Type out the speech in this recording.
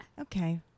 okay